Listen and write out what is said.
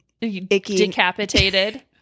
decapitated